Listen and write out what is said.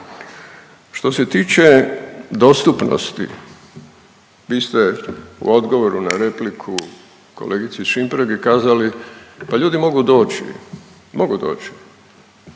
Što se tiče dostupnosti, vi ste u odgovoru na repliku kolegici Šimpragi kazali, pa ljudi mogu doći. Mogu doći.